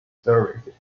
services